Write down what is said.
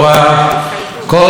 כפי שהיה עד היום".